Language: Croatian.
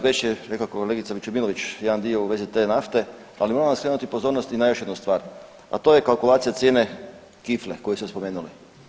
Već je nekako kolegica Vučemilović jedan dio u vezi te nafte, ali moram skrenuti pozornost i na još jednu stvar, a to je kalkulacija cijene kifle koju ste spomenuli.